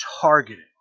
targeting